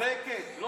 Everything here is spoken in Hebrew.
את צודקת.